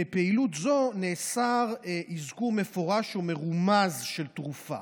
בפעילות זו נאסר אזכור מפורש או מרומז של תרופה.